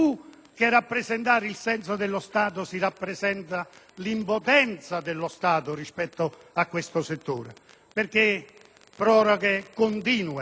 che rappresentare il senso dello Stato si rappresenta l'impotenza dello Stato in proposito, attraverso proroghe continue